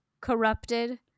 corrupted